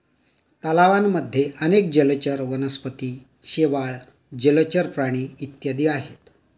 तलावांमध्ये अनेक जलचर वनस्पती, शेवाळ, जलचर प्राणी इत्यादी आहेत